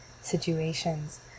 situations